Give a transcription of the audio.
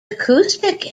acoustic